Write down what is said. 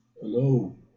Hello